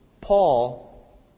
Paul